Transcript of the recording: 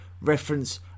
reference